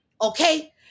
Okay